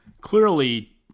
Clearly